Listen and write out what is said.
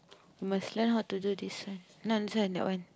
you must learn how to do this no this one that one